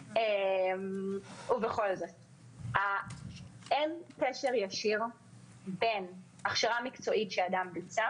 אין קשר ישיר בין הכשרה מקצועית שאדם ביצע